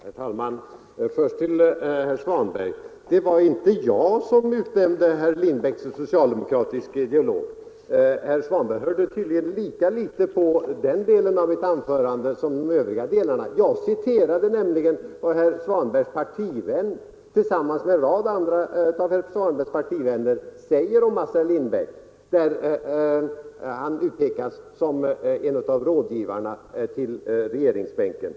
Herr talman! Jag vill först till herr Svanberg säga att det inte var jag som utnämnde herr Lindbeck till socialdemokratisk ideolog. Herr Svanberg hörde tydligen lika litet på den delen av mitt anförande som på de övriga. Jag citerade nämligen vad herr Svanbergs partivän tillsammans med en rad andra sådana säger om Assar Lindbeck — där denne utpekas som en av rådgivarna till regeringsbänken.